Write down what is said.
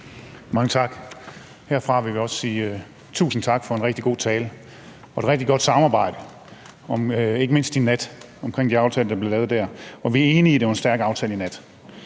(ALT): Herfra vil vi også sige tusind tak for en rigtig god tale og et rigtig godt samarbejde, ikke mindst i nat i forbindelse med den aftale, der blev lavet. Vi er enige i, at det blev en stærk aftale.